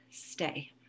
Stay